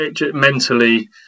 mentally